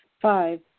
Five